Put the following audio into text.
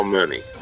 money